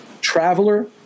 traveler